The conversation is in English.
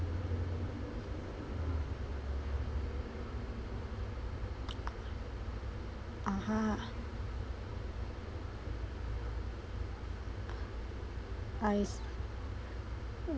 (uh huh) I s~